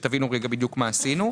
שתבינו בדיוק מה עשינו.